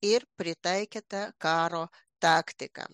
ir pritaikyta karo taktika